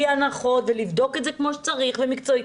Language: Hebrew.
הנחות ולבדוק את זה כמו שצריך ומקצועית,